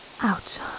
out